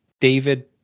David